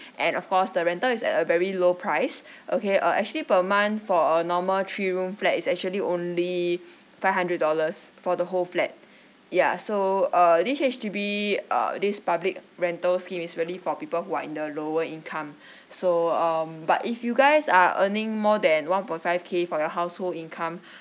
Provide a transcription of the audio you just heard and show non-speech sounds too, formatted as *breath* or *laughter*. and of course the rental is at a very low price okay uh actually per month for a normal three room flat it's actually only five hundred dollars for the whole flat ya so uh this H_D_B uh this public rental scheme is really for people who are in the lower income *breath* so um but if you guys are earning more than one point five K for your household income *breath*